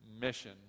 mission